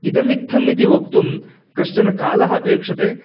इदमित्थम् इति वक्तुं कश्चनः कालः अपेक्षते